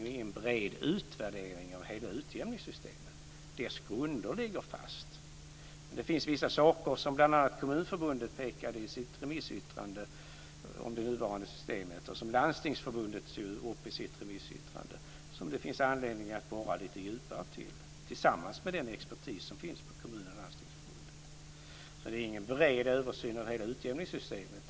Det är ingen bred utvärdering av hela utjämningssystemet. Systemets grunder ligger fast. Men det finns vissa saker som bl.a. Kommunförbundet pekade på i sitt remissyttrande om det nuvarande systemet och som Landstingsförbundet tog upp i sitt remissyttrande som det finns anledning att borra lite djupare i tillsammans med den expertis som finns på Kommunförbundet och Landstingsförbundet. Det är alltså ingen bred översyn av hela utjämningssystemet.